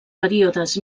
períodes